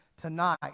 Tonight